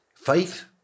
Faith